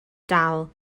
dal